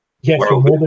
Yes